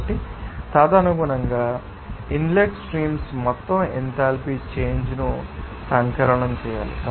కాబట్టి తదనుగుణంగా మీరు ఇన్లెట్ స్ట్రీమ్స్ మొత్తం ఎంథాల్పీ చేంజ్ ను సంకలనం చేయాలి